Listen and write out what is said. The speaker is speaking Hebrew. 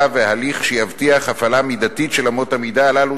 והליך שיבטיחו הפעלה מידתית של אמות המידה הללו,